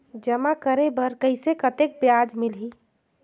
जमा करे बर कइसे कतेक ब्याज मिलही?